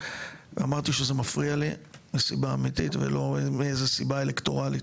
אמרתי שזה מפריע לי מסיבה אמיתית ולא מאיזו סיבה אלקטורלית.